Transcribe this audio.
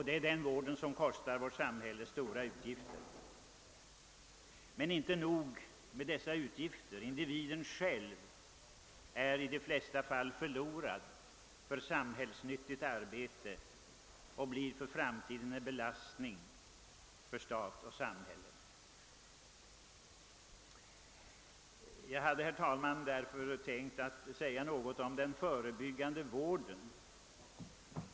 Denna vård förorsakar samhället stora utgifter. Men inte nog med det — individen själv är i de flesta fall förlorad för samhällsnyttigt arbete och blir för framtiden en belastning för stat och samhälle. Jag vill därför säga några ord om den förebyggande vården.